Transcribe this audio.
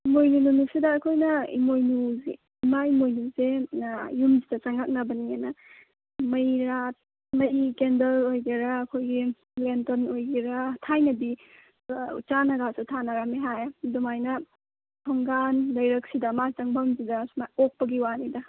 ꯏꯃꯣꯏꯅꯨ ꯅꯨꯃꯤꯠꯁꯤꯗ ꯑꯩꯈꯣꯏꯅ ꯏꯃꯣꯏꯅꯨꯁꯦ ꯏꯃꯥ ꯏꯃꯣꯏꯅꯨꯁꯦ ꯌꯨꯝꯁꯤꯗ ꯆꯪꯉꯛꯅꯕꯅꯦꯅ ꯃꯩꯔꯥ ꯃꯩ ꯀꯦꯟꯗꯜ ꯑꯣꯏꯒꯦꯔꯥ ꯑꯩꯈꯣꯏꯒꯤ ꯂꯦꯟꯇꯔꯟ ꯑꯣꯏꯒꯦꯔꯥ ꯊꯥꯏꯅꯗꯤ ꯎꯆꯥꯟꯅꯒꯁꯨ ꯊꯥꯟꯅꯔꯝꯃꯦ ꯍꯥꯏ ꯑꯗꯨꯃꯥꯏꯅ ꯊꯣꯡꯒꯥꯟ ꯂꯩꯔꯛꯁꯤꯗ ꯃꯥ ꯆꯪꯐꯝꯁꯤꯗ ꯁꯨꯃꯥꯏꯅ ꯃꯥ ꯑꯣꯛꯄꯒ ꯋꯥꯅꯤꯗ